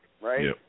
right